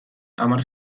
hamar